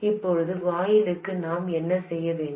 இப்போது வாயிலுக்கு நான் என்ன செய்ய வேண்டும்